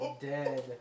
Dead